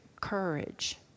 Courage